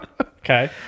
okay